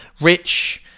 Rich